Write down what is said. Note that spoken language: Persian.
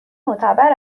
معتبر